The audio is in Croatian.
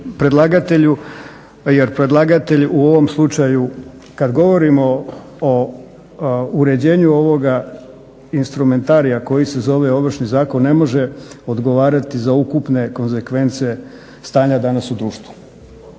predlagatelju jer predlagatelj u ovom slučaju kada govorimo o uređenju ovoga instrumentarija koji se zove Ovršni zakon ne može odgovarati za ukupne konsekvence stanja danas u društvu.